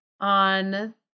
on